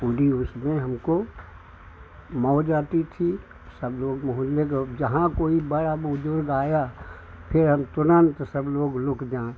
पूरी उसमें हमको मौज आती थी सब लोग मोहल्ले में जहाँ कोई बड़ा बुजुर्ग आया फिर हम तुरंत सब लोग लुक जाएँ